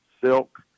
silk